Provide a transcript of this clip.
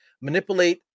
manipulate